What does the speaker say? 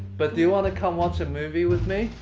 but do you want to come watch a movie with me?